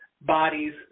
bodies